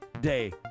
day